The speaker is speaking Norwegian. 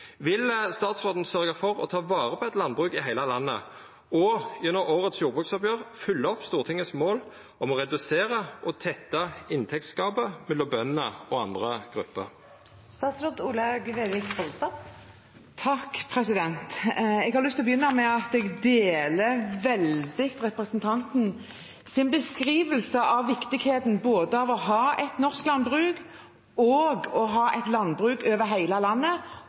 Vil statsråden sørgja for å ta vare på eit landbruk i heile landet og gjennom jordbruksoppgjeret i år følgja opp Stortingets mål om å redusera og tetta inntektsgapet mellom bønder og andre grupper? Jeg har lyst til å begynne med å si at jeg virkelig deler representantens beskrivelse av viktigheten av både å ha et norsk landbruk, å ha et landbruk over hele landet